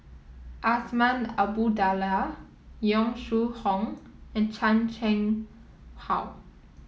Azman Abdullah Yong Shu Hoong and Chan Chang How